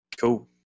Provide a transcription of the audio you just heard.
cool